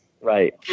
Right